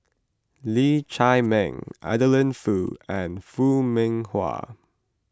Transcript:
Lee Chiaw Meng Adeline Foo and Foo Mee Har